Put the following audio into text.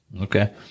Okay